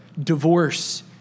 divorce